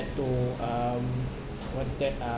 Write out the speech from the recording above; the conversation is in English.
to um what is that uh